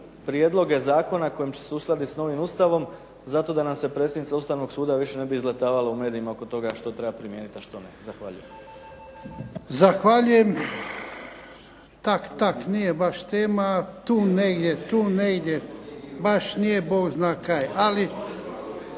prijedloge Zakona koji će se uskladiti s novim ustavom, zato da nam se predsjednica Ustavnog suda više ne bi izletavala u medijima oko toga što treba primijeniti a što ne. **Jarnjak, Ivan (HDZ)** Zahvaljujem. Tak-tak, nije baš tema, tu negdje, baš nije Bog zna kaj.